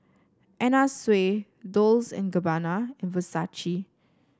Anna Sui Dolce and Gabbana and Versace